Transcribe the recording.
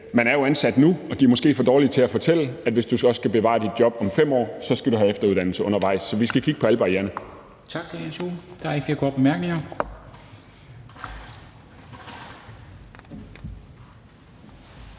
med, at arbejdsgiverne måske er for dårlige til at fortælle, at hvis du som ansat også skal bevare dit job om 5 år, skal du have efteruddannelse undervejs. Så vi skal kigge på alle barriererne. Kl.